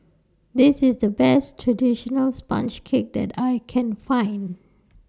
This IS The Best Traditional Sponge Cake that I Can Find